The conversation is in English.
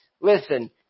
Listen